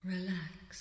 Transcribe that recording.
Relax